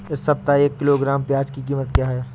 इस सप्ताह एक किलोग्राम प्याज की कीमत क्या है?